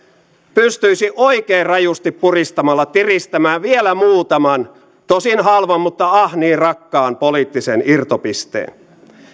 pystyisi oikein rajusti puristamalla tiristämään vielä muutaman tosin halvan mutta ah niin rakkaan poliittisen irtopisteen